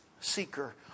seeker